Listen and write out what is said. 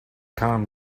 kam